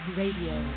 radio